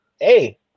hey